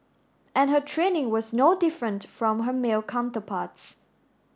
and her training was no different from her male counterparts